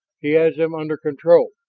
he has them under control!